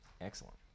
Excellent